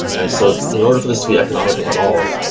and so in order for this to be economical at all,